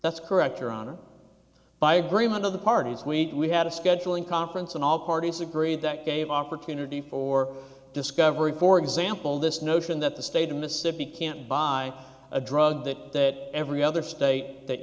that's correct your honor by agreement of the parties we had a scheduling conference and all parties agreed that gave opportunity for discovery for example this notion that the state of mississippi can't buy a drug that every other state that